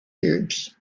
cubes